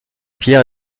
pierre